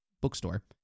bookstore